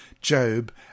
Job